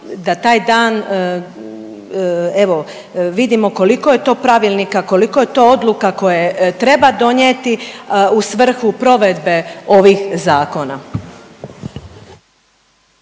da taj dan evo vidimo koliko je to pravilnika, koliko je to odluka koje treba donijeti u svrhu provedbe ovih zakona.